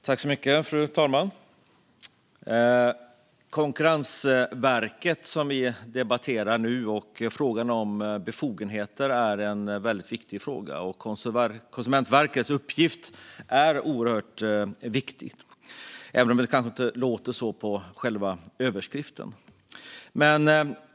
Fru talman! Frågan om Konkurrensverkets befogenheter, som vi nu debatterar, är viktig. Konkurrensverkets uppgift är oerhört viktig, även om det kanske inte låter så på överskriften.